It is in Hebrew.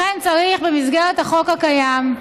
לכן צריך, במסגרת החוק הקיים,